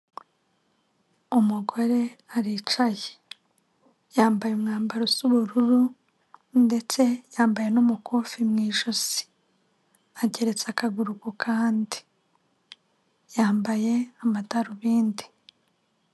Umugore aricaye, yambaye umwambaro w'ubururu ndetse yambaye n'umukufi mu ijosi, ageretse akaguru kandi yambaye amadarubindi.